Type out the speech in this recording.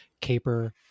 caper